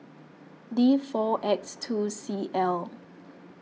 D four X two C L